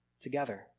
together